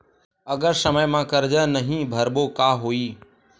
अगर समय मा कर्जा नहीं भरबों का होई?